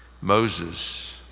moses